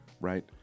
Right